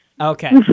Okay